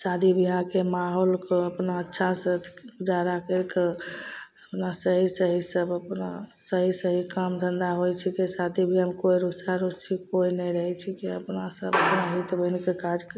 शादी बिआहके माहौल कऽ अपना अच्छा से जादा करिकऽ अपना सही सही सभ अपना सही सही काम धन्धा होइत छिकै शादी बिआहमे कोइ रुसा रुसी कोइ नहि रहैत छिकै अपना सभ हित बनि कऽ काज